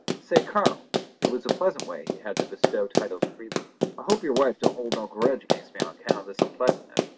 say colonel it was a pleasant way he had to bestow titles freely i hope your wife don't hold no grudge against me on account of this unpleasantness?